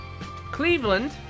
Cleveland